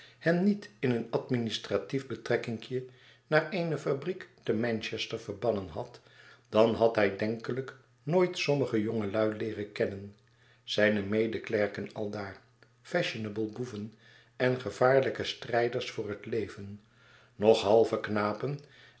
hem niet in een administratief betrekkinkje naar eene fabriek te manchester verbannen had dan had hij denkelijk nooit sommige jongelui leeren kennen zijne medeklerken aldaar fashionable boeven en gevaarlijke strijders voor het leven nog halve knapen